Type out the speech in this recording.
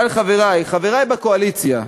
אבל, חברי, חברי בקואליציה,